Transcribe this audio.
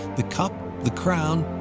the cup, the crown,